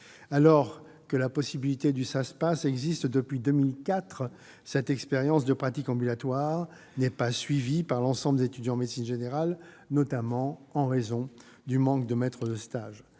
spécialités. Si le Saspas existe depuis 2004, cette expérience de pratique ambulatoire n'est pas suivie par l'ensemble des étudiants en médecine générale, notamment en raison du manque de maîtres de stage.